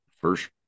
first